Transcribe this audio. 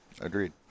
Agreed